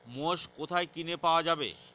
মোষ কোথায় কিনে পাওয়া যাবে?